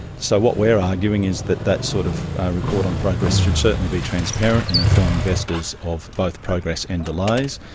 so what we're arguing is that that sort of report on progress should certainly be transparent and inform investors of both progress and delays,